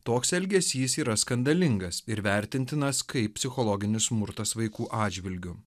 toks elgesys yra skandalingas ir vertintinas kaip psichologinis smurtas vaikų atžvilgiu